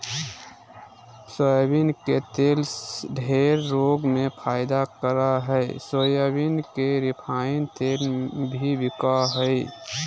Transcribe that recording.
soybean के तेल ढेर रोग में फायदा करा हइ सोयाबीन के रिफाइन तेल भी बिका हइ